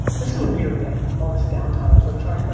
this is a weird day. all this down time. i was trying to find,